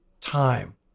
time